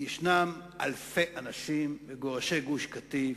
יש אלפי אנשים, מגורשי גוש-קטיף,